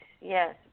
Yes